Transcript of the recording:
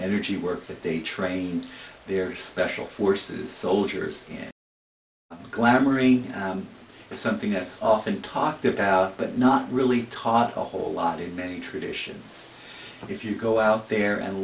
energy work that they train their special forces soldiers in glamor a new something that's often talked about but not really taught a whole lot in many traditions but if you go out there and